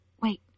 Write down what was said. wait